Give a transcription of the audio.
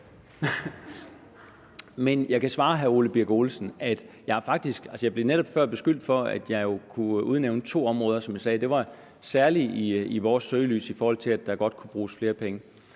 Ole Birk Olesen, at jeg netop før blev beskyldt for, at jeg kunne udnævne to områder, som særligt var i vores søgelys i forhold til, at der godt kunne bruge flere penge.